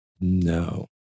No